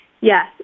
Yes